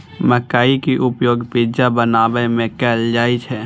मकइ के उपयोग पिज्जा बनाबै मे कैल जाइ छै